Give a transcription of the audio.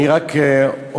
אני רק אומר,